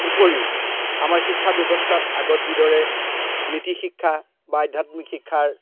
উপৰিও আমাৰ শিক্ষা ব্যৱস্থাত আগত যিদৰে নীতি শিক্ষা বা আধ্যাত্মিক শিক্ষাৰ